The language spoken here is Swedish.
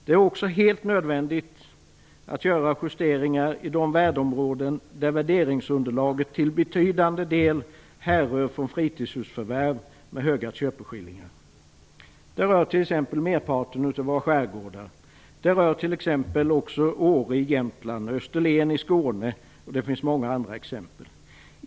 Det är också helt nödvändigt att göra justeringar i de värdeområden där värderingsunderlaget till betydande del härrör från fritidshusförvärv med höga köpeskillingar. Det rör t.ex. merparten av våra skärgårdar. Det rör t.ex. också Åre i Jämtland och Österlen i Skåne, och det finns många andra exempel.